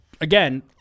again